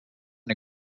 and